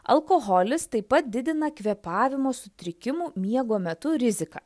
alkoholis taip pat didina kvėpavimo sutrikimų miego metu riziką